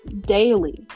daily